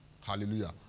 Hallelujah